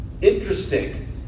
Interesting